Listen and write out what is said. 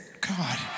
God